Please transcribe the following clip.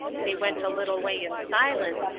they went a little way in silence,